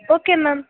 okay ma'am